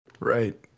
Right